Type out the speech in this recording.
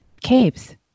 caves